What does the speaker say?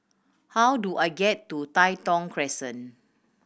how do I get to Tai Thong Crescent